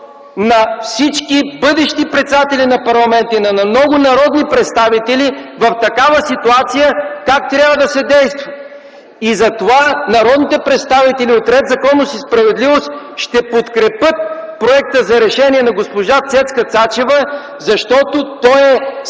на всички бъдещи председатели на парламента, на много народни представители, в такава ситуация как трябва да се действа. И затова народните представители от „Ред, законност и справедливост” ще подкрепят Проекта за решение на госпожа Цецка Цачева, защото той е стъпка